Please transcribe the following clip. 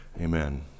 Amen